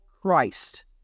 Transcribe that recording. Christ